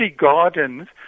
Gardens